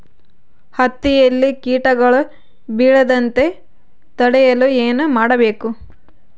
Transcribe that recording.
ಹತ್ತಿಯಲ್ಲಿ ಕೇಟಗಳು ಬೇಳದಂತೆ ತಡೆಯಲು ಏನು ಮಾಡಬೇಕು?